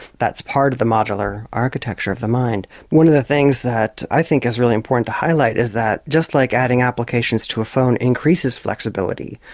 that's part of the modular architecture of the mind. one of the things that i think is really important to highlight is that just like adding applications to a phone increases flexibility,